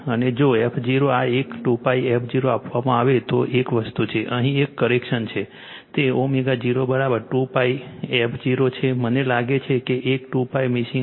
અને જો f0 આ એક 2π f0 આપવામાં આવે તો એક વસ્તુ છે અહીં એક કરેક્શન છે તે ω0 2π f0 છે મને લાગે છે કે એક 2π મિસીંગ છે